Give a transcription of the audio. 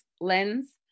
lens